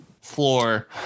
floor